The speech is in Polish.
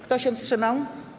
Kto się wstrzymał?